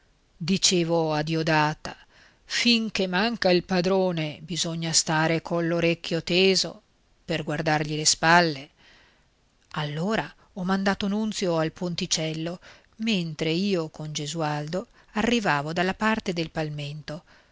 dicevo a diodata finché manca il padrone bisogna stare coll'orecchio teso per guardargli le spalle allora ho mandato nunzio sul ponticello mentre io con gesualdo arrivavo dalla parte del palmento